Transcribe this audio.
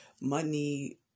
money